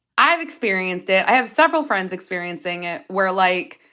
i've experienced it. i have several friends experiencing it, where, like,